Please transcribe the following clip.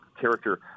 character